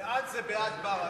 בעד זה בעד ברכה.